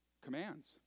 commands